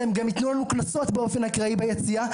אלא הם גם יתנו לנו קנסות באופן אקראי ביציע.